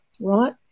right